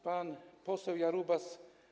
Pan poseł Jarubas.